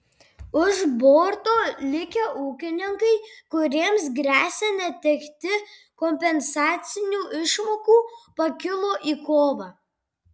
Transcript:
už borto likę ūkininkai kuriems gresia netekti kompensacinių išmokų pakilo į kovą